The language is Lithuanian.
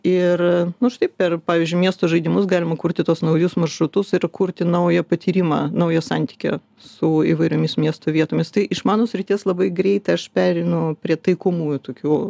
ir nu štai tai per pavyzdžiui miesto žaidimus galima kurti tuos naujus maršrutus ir kurti naują patyrimą naujo santykio su įvairiomis miesto vietomis tai iš mano srities labai greit aš pereinu prie taikomųjų tokių